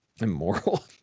Immoral